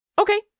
Okay